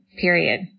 period